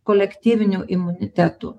kolektyviniu imunitetu